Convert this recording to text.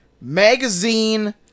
magazine